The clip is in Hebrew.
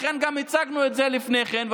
לכן גם הצגנו את זה לפני כן,